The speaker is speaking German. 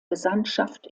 gesandtschaft